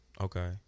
Okay